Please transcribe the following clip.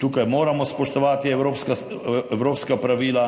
Tukaj moramo spoštovati evropska pravila,